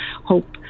hope